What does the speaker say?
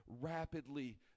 rapidly